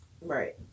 Right